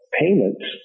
payments